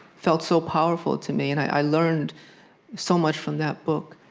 felt so powerful to me, and i learned so much from that book